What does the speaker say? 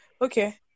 Okay